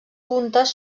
puntes